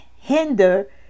hinder